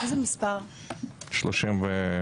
תשעה.